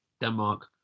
Denmark